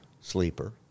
sleeper